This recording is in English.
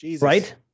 right